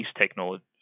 technology